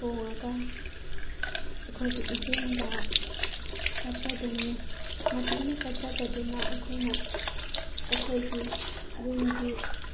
ꯊꯣꯡꯉꯒ ꯑꯩꯈꯣꯏꯒꯤ ꯏꯕꯦꯟꯗ ꯀꯠꯆꯗꯣꯏꯅꯦ ꯃꯁꯤꯅ ꯀꯠꯆꯕꯗꯨꯅ ꯑꯩꯈꯣꯏꯅ ꯑꯩꯈꯣꯏꯒꯤ ꯌꯨꯝꯒꯤ